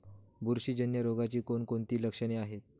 बुरशीजन्य रोगाची कोणकोणती लक्षणे आहेत?